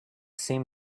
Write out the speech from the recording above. seem